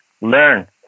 learn